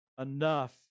enough